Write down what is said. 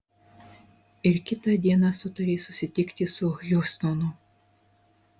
ir kitą dieną sutarė susitikti su hjustonu